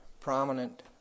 prominent